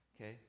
okay